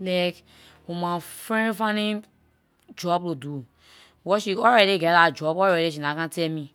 Like wen my friend finding job to do, where she already geh dah job already she nah come tell me.